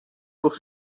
pour